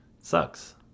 Sucks